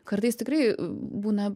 kartais tikrai būna